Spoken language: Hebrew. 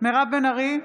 מירב בן ארי,